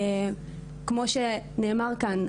כמו שנאמר כאן,